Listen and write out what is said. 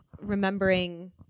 remembering